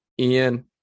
Ian